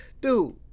dude